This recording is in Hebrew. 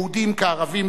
יהודים כערבים,